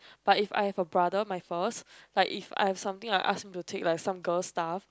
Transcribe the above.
but if I have a brother my first like if I have something I'll ask him to take like some girl stuff